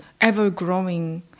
ever-growing